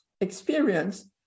Experience